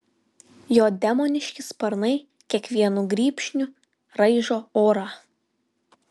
jo demoniški sparnai kiekvienu grybšniu raižo orą